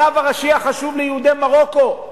הרב הראשי החשוב ליהודי מרוקו,